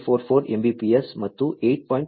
544 Mbps ಮತ್ತು 8